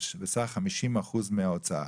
בסך 50% מההוצאה.